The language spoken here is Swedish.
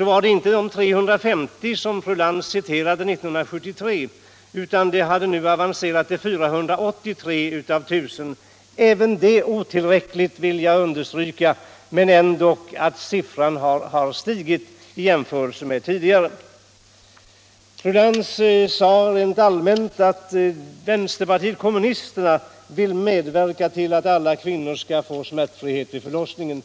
var det år 1973 inte 350, som fru Lantz citerade, utan det hade avancerat till 483 av 1000. Jag vill understryka att även detta är otillräckligt, men siffran har i alla fall stigit i jämförelse med tidigare. Fru Lantz sade rent allmänt att vänsterpartiet kommunisterna vill medverka till att alla kvinnor skall få smärtfrihet vid förlossningen.